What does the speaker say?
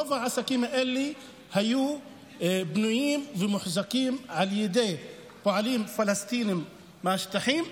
רוב העסקים האלה היו בנויים ומוחזקים על ידי פועלים פלסטינים מהשטחים,